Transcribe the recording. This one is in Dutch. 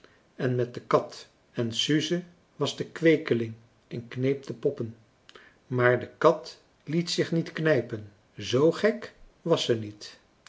en met de kat en suze was de kweekeling en kneep de poppen maar de kat liet zich niet knijpen zoo gek was ze niet